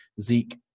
Zeke